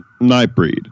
Nightbreed